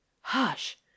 hush